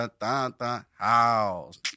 House